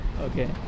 Okay